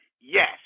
Yes